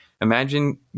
Imagine